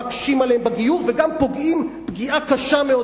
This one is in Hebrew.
מקשים עליהם בגיור וגם פוגעים פגיעה קשה מאוד